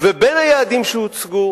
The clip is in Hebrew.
ובין היעדים שהוצגו